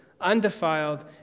undefiled